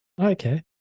Okay